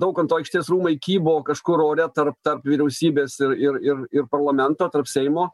daukanto aikštės rūmai kybo kažkur ore tarp tarp vyriausybės ir ir ir ir parlamento tarp seimo